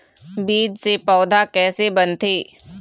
बीज से पौधा कैसे बनथे?